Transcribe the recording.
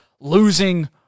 losing